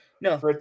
No